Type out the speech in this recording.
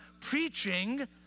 preaching